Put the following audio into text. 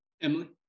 Emily